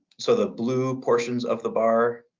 so, the blue portions of the bar,